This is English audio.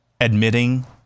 admitting